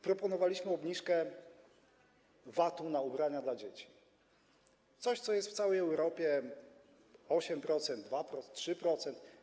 Proponowaliśmy obniżkę VAT na ubrania dla dzieci, czyli coś, co jest w całej Europie: 8%, 2%, 3%.